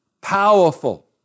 powerful